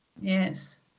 Yes